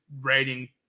rating